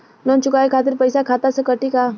Loan चुकावे खातिर पईसा खाता से कटी का?